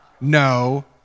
No